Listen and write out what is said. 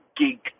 gig